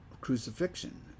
crucifixion